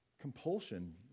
compulsion